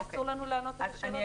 אסור לנו לענות על השאלות האלה.